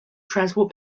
transport